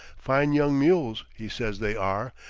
fine young mules, he says they are,